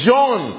John